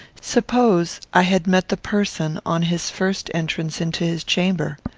suppose i had met the person on his first entrance into his chamber?